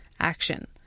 action